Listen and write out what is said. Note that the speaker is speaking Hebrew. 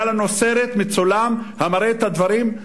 היה לנו סרט מצולם המראה את הדברים.